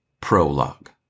Prologue